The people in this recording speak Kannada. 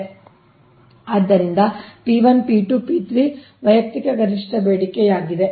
ಆದ್ದರಿಂದ P1 P2 P3 ವೈಯಕ್ತಿಕ ಗರಿಷ್ಠ ಬೇಡಿಕೆಯಾಗಿದೆ